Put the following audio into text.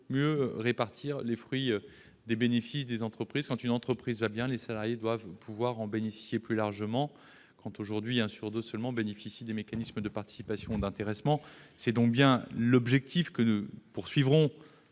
mieux répartir les fruits et les bénéfices des entreprises. Si une entreprise va bien, les salariés doivent pouvoir en bénéficier plus largement, quand aujourd'hui seulement un salarié sur deux bénéficie des mécanismes de participation ou d'intéressement. C'est donc bien l'objectif qu'auront